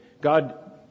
God